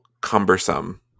cumbersome